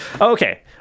Okay